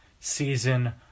season